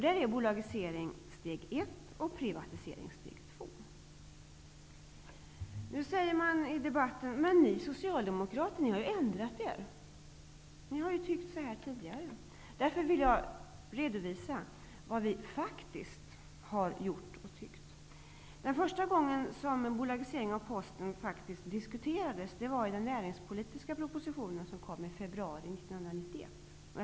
Där är bolagisering steg 1 Nu säger man i debatten att vi socialdemokrater har ändrat oss. Vi har ju tyckt så redan tidigare. Därför vill jag redovisa vad vi faktiskt har gjort och tyckt. Första gången som bolagisering av Posten diskuterades var i den näringspolitiska proposition som lades fram i februari 1991.